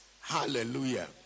Hallelujah